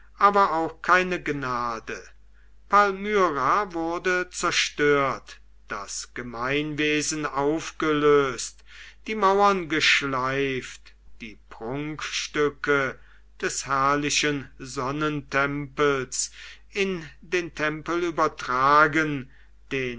aber auch keine gnade palmyra wurde zerstört das gemeinwesen aufgelöst die mauern geschleift die prunkstücke des herrlichen sonnentempels in den tempel übertragen den